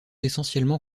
essentiellement